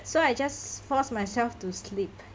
so I just force myself to sleep